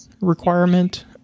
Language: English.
requirement